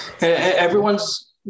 everyone's